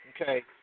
Okay